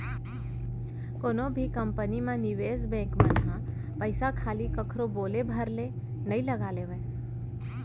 कोनो भी कंपनी म निवेस बेंक मन ह पइसा खाली कखरो बोले भर ले नइ लगा लेवय